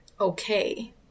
Okay